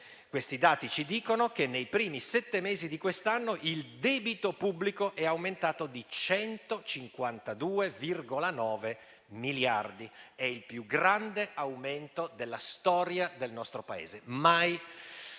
Tali dati ci dicono che nei primi sette mesi di quest'anno il debito pubblico è aumentato di 152,9 miliardi: è il più grande aumento della storia del nostro Paese; mai